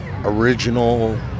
original